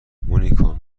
مونیکا